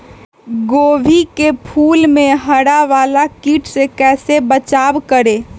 गोभी के फूल मे हरा वाला कीट से कैसे बचाब करें?